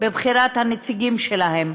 בבחירת הנציגים שלהם.